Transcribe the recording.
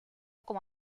como